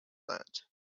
that